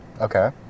Okay